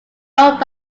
owned